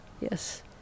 yes